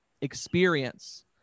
experience